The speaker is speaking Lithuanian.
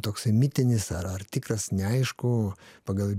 toksai mitinis ar ar tikras neaišku pagal